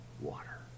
water